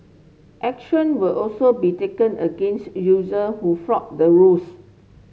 action will also be taken against user who flout the rules